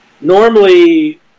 Normally